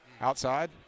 outside